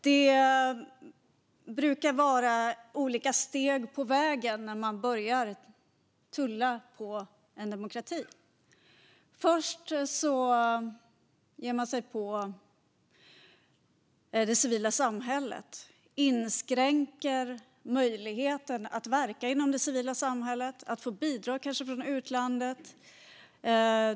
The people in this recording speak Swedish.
Det brukar vara olika steg på vägen när man börjar tulla på demokratin. I första steget ger man sig det civila samhället och inskränker möjligheten att verka inom det civila samhället och få bidrag, kanske från utlandet.